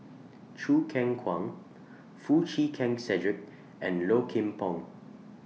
Choo Keng Kwang Foo Chee Keng Cedric and Low Kim Pong